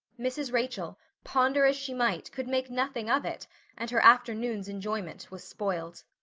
mrs. rachel, ponder as she might, could make nothing of it and her afternoon's enjoyment was spoiled.